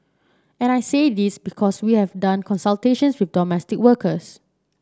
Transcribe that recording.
and I say this because we have done consultations with domestic workers